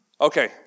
Okay